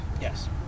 Yes